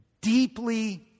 deeply